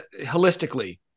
holistically